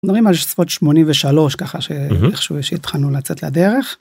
אנחנו מדברים על לפחות 83 ככה שאיכשהו שהתחלנו לצאת לדרך.